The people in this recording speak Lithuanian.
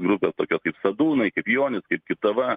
grupės tokios kaip sadūnai kaip joninis kaip kitava